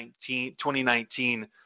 2019